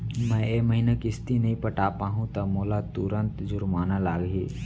मैं ए महीना किस्ती नई पटा पाहू त का मोला तुरंत जुर्माना लागही?